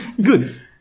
Good